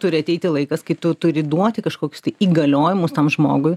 turi ateiti laikas kai tu turi duoti kažkokius tai įgaliojimus tam žmogui